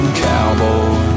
cowboy